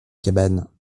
cabane